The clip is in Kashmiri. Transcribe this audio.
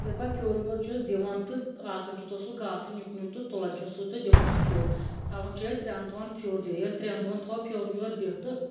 ییٚلہِ پَتہٕ پھیُر ویُر چھِس دِوان تہٕ آسان چھُ تتھ سُہ گاسہٕ نیُک نیُک تُلان چھِس سُہ تہٕ دِوان چھِس پھیُر تھاوان چھِ أسۍ ترٮ۪ن دۄہَن پھیُر دِتھ ییٚلہِ ترٮ۪ن دۄہَن تھوٚو پھیُر ویُر دِتھ تہٕ